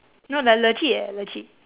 no like legit eh legit